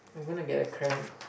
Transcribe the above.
I'm going to get a cramp